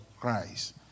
Christ